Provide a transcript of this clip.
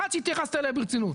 אחת שהתייחסת אליה ברצינות,